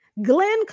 Glenn